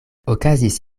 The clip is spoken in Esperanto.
okazis